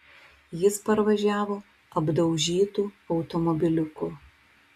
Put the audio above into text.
jis parvažiavo apdaužytu automobiliuku